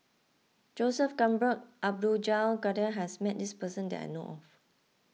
Joseph Abdul Jalil Kadir has met this person that I know of